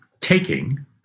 taking